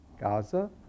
Gaza